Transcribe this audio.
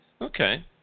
Okay